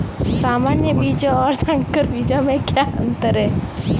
सामान्य बीजों और संकर बीजों में क्या अंतर है?